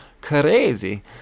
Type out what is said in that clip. crazy